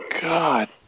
God